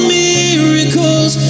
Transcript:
miracles